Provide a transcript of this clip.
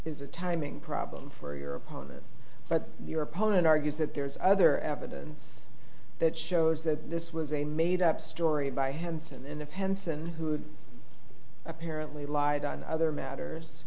is a timing problem for your opponent but your opponent argues that there's other evidence that shows that this was a made up story by henson in the penson who apparently lied on other matters